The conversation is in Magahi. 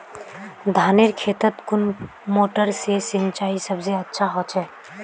धानेर खेतोत कुन मोटर से सिंचाई सबसे अच्छा होचए?